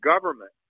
government